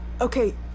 Okay